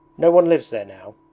no one lives there now,